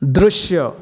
दृश्य